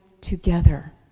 together